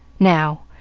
now,